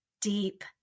deep